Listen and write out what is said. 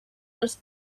los